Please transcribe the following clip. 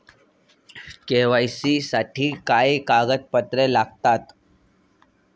KYC साठी काय कागदपत्रे लागतात?